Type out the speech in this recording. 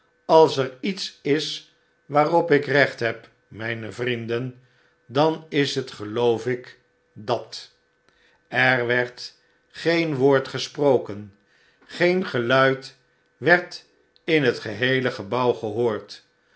als er iets is waarop ik recht heb mijne vrienden dan is het geloof ik dat er werd geen woord gesproken geen geluid werd in het geheele gebouw gehoord